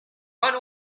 one